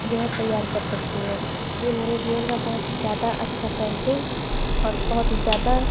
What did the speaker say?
जो है तैयार कर सकती हूँ यह मेरे जीवन का बहुत ही ज़्यादा अच्छा पैंटिंग और बहुत ही ज़्यादा